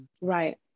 Right